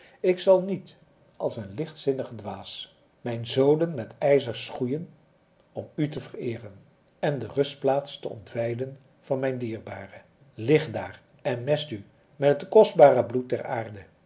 ik zal niet als een lichtzinnige dwaas mijne zolen met ijzer schoeien om u te vereeren en de rustplaats te ontwijden van mijn dierbare lig dààr en mest u met het kostbare bloed der aarde